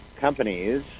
companies